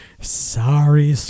sorry